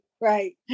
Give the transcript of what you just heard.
right